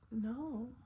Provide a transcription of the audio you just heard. No